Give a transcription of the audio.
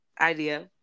idea